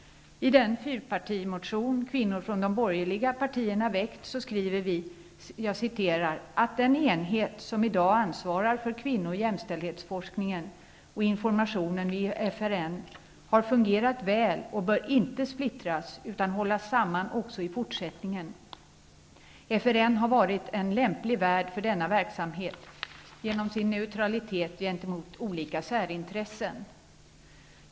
I den fyrpartimotion som kvinnor från de borgerliga partierna väckt skriver vi: Den enhet som i dag ansvarar för kvinno och jämställdhetsforskningen och informationen i FRN har fungerat väl och bör inte splittras utan hållas samman också i fortsättningen. FRN har varit en lämplig värd för denna verksamhet genom sin neutralitet gentemot olika särintressen.